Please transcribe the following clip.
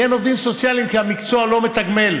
כי אין עובדים סוציאליים, כי המקצוע לא מתגמל.